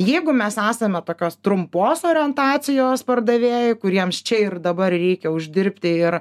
jeigu mes esame tokios trumpos orientacijos pardavėjai kuriems čia ir dabar reikia uždirbti ir